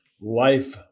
life